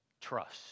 trust